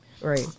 Right